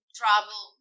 travel